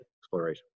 exploration